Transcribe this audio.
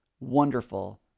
wonderful